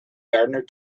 gardener